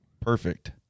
perfect